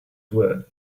were